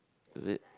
is it